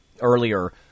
earlier